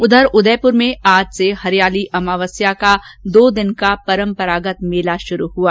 उधर उदयपुर में आज से हरियाली अमावस्या का दो दिन का परम्परागत मेला शुरू हुआ